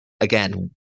Again